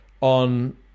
on